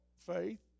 faith